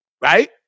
Right